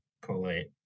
collate